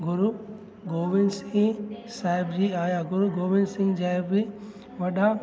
गुरू गोबिंद सिंह साहेब जी आहिया गुरू गोबिंद सिंग साहिब बि वॾा